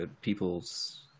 peoples